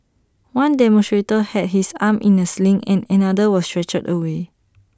one demonstrator had his arm in A sling and another was stretchered away